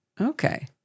okay